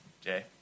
Jay